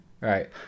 right